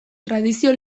tradizio